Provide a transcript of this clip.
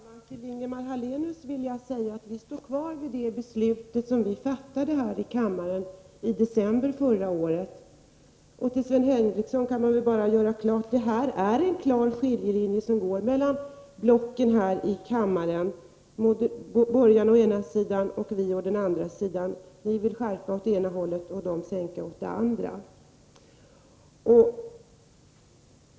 Fru talman! Till Ingemar Hallenius vill jag säga att vi står kvar vid det beslut som vi fattade här i kammaren i december förra året. Till Sven Henricsson kan man väl bara göra klart att det är en klar skiljelinje som går mellan blocken här i kammaren, mellan de borgerliga å ena sidan och vi å den andra. Kommunisterna vill skärpa åt det ena hållet och de borgerliga sänka åt det andra.